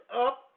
up